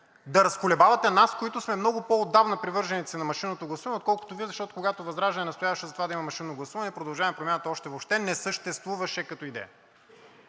да разколебавате нас, които сме много по-отдавна привърженици на машинното гласуване, отколкото Вие. Защото, когато ВЪЗРАЖДАНЕ настояваше да има машинно гласуване, „Продължаваме Промяната“ още въобще не съществуваше като идея.